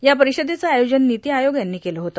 या परिषदेचं आयोजन नीती आयोग यांनी केले होते